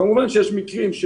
כמובן שיש מקרים,